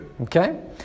Okay